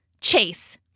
Chase